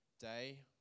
Day